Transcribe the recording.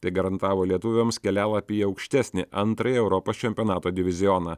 tai garantavo lietuviams kelialapį į aukštesnį antrąjį europos čempionato divizioną